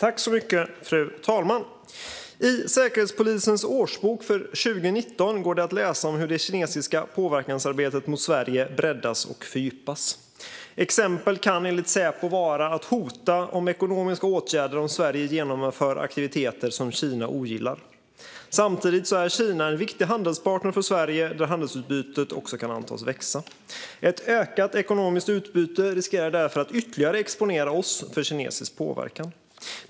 Fru talman! I Säkerhetspolisens årsbok för 2019 går det att läsa om hur det kinesiska påverkansarbetet mot Sverige breddas och fördjupas. Ett exempel kan, enligt Säpo, vara att man hotar med ekonomiska åtgärder om Sverige genomför aktiviteter som Kina ogillar. Samtidigt är Kina en viktig handelspartner för Sverige - handelsutbytet kan också antas växa. Ett ökat ekonomiskt utbyte riskerar därför att ytterligare exponera oss för kinesisk påverkan.